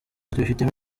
tubifitemo